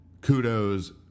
kudos